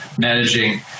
managing